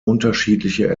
unterschiedliche